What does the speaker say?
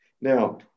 Now